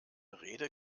rede